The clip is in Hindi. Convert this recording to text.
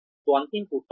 तो अंतिम उत्पादन